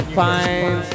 find